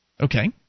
Okay